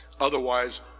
Otherwise